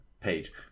page